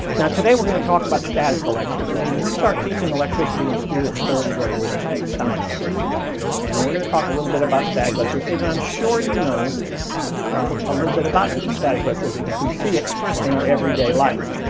today we're gonna talk about static electricity and we start teaching electricity in school at third grade with our state science standards and we're gonna talk a little bit about static electricity that i'm sure you knowi know a little bit about and static electricity cause we see it in our everyday life.